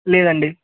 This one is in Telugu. లేదండి